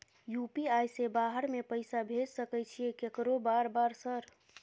UPI से बाहर में पैसा भेज सकय छीयै केकरो बार बार सर?